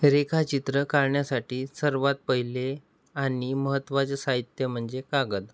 रेखाचित्र काढण्यासाठी सर्वात पहिले आणि महत्त्वाचे साहित्य म्हणजे कागद